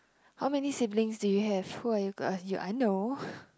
how many siblings do you have who are you uh I know